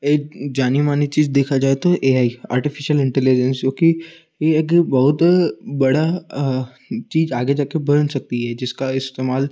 एक जानी मानी चीज़ देखा जाए तो ए आई आर्टिफ़िशल इंटेलिजेंस जो कि यह एक बहुत बड़ा चीज़ आगे जा कर बन सकती है जिसका इस्तेमाल